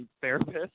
therapist